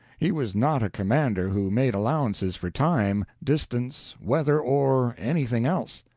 he was not a commander who made allowances for time, distance, weather, or anything else.